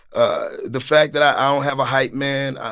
ah the fact that i don't have a hype man,